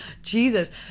Jesus